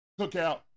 cookout